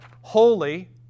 holy